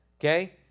okay